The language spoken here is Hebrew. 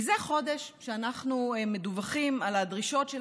מזה חודש אנחנו מדווחים על הדרישות של